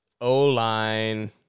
O-line